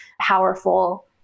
powerful